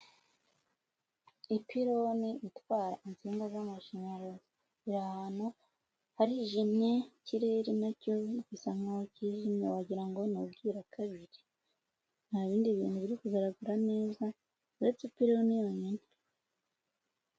Ipironi itwara insinga z'amashanyarazi, biri ahantu harijimye, ikirere nacyo gisa nkaho kijimye wagira ngo nibwirakabiri nta bindi bintu biri kugaragara neza uretse ipirini yonyine.